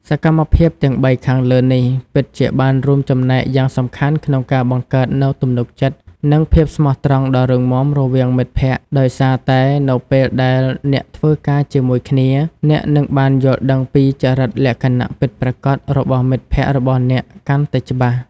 សកម្មភាពទាំងបីខាងលើនេះពិតជាបានរួមចំណែកយ៉ាងសំខាន់ក្នុងការបង្កើតនូវទំនុកចិត្ត និងភាពស្មោះត្រង់ដ៏រឹងមាំរវាងមិត្តភក្តិដោយសារតែនៅពេលដែលអ្នកធ្វើការជាមួយគ្នា អ្នកនឹងបានយល់ដឹងពីចរិតលក្ខណៈពិតប្រាកដរបស់មិត្តភក្តិរបស់អ្នកកាន់តែច្បាស់។